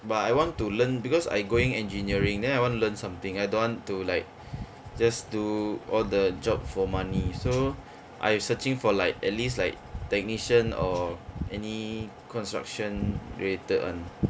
but I want to learn because I going engineering then I want to learn something I don't want to like just do all the job for money so I searching for like at least like technician or any construction related [one]